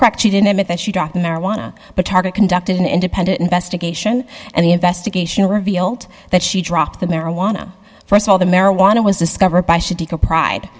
correct she didn't admit that she dropped the marijuana but target conducted an independent investigation and the investigation revealed that she dropped the marijuana st of all the marijuana was discovered by should take a pride